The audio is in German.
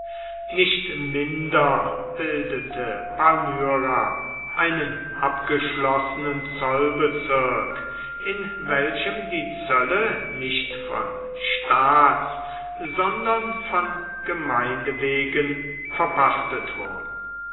nicht minder bildete palmyra einen abgeschlossenen zollbezirk in welchem die zölle nicht von staats sondern von gemeindewegen verpachtet wurden